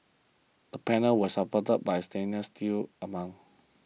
the panels were supported by a stainless steel amount